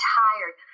tired